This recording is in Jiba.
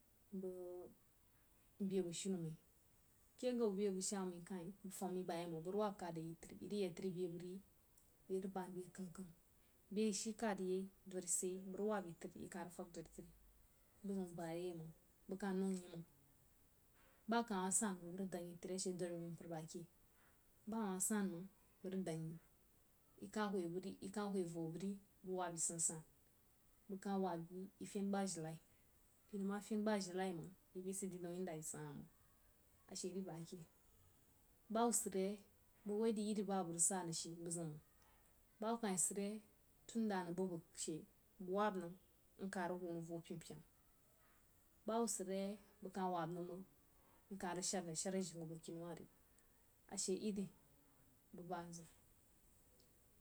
Beh bəg shinu mai ke gau beh bəg sha mai kain bəg fəm yi bayaiməng bəg rig wab yi tri irig ya tri beh bəg ri, irig bən beh kəm kəm beh ayi shi ka di yai bəg rig wab yi tri yi ka rig fəg dori tri buziun bayai məng bəg ka ning yi məng ba aka ma san məng bəg rig ebang yi tri ashe dori mai bəg mpər bake, ba bəg rig dəng yi tri ashe dori mai bəg mpər bake, ba ama sanməng bəg rig dəng yi, yi kah hwoi a voh bəg ri, bəg wab yi san-jan bəg ka wab yi feuin ba jirenai yi nəm ma fein ba jirenai məng yi bai sid daun inda ayi sid ha məng ashe ri bake bahubba sid yei in ba bəg rig sa nəng, bahubba kayi sid yei tunda nəng bəg-bəg she, bəg wab nəng nka rig hwo nəng voh pyen-pyena bahubba sid re yei bəg kah wab nəng məng nkah rig shad nəng shər ajangha akini wa ri ashe in bubba mzim məng.